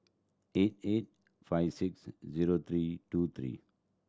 eight eight five six zero three two three